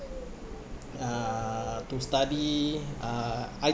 uh to study uh